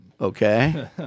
Okay